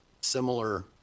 similar